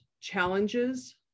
challenges